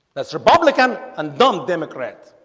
that's republican and dumb democrat